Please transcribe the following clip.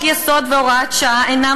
וכן,